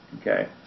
okay